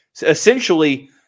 essentially